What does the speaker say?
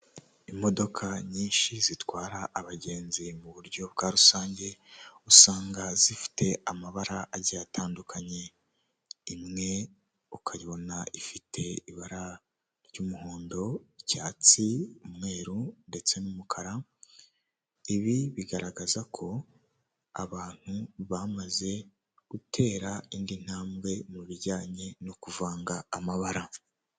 Imodoka nyinshi zitwara abagenzi mu buryo bwa rusange, usanga zifite amabara agiye atandukanye, rimwe ukayibona ifite ibara ry'umuhondo, icyatsi, umweru ndetse n'umukara, ibi bigaragaza ko abantu bamaze gutera indi ntambwe mu bijyanye no kuvanga amabara.